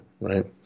right